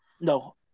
No